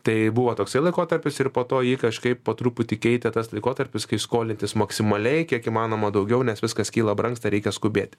tai buvo toksai laikotarpis ir po to ji kažkaip po truputį keitė tas laikotarpis kai skolintis maksimaliai kiek įmanoma daugiau nes viskas kyla brangsta reikia skubėti